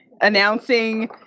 announcing